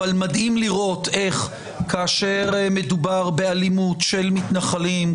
אבל מדהים לראות איך כאשר מדובר באלימות של מתנחלים,